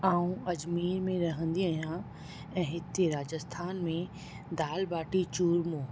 मां अजमेर में रहंदी आहियां ऐं हिते राजस्थान में दाल बाटी चूरमो